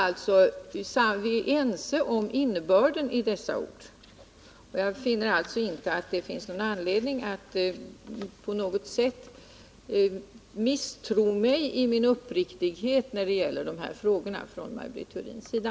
Vi är ense om innebörden här, och jag ser alltså inte att det finns någon anledning för Maj Britt Theorin att misstro min uppriktighet i de här frågorna.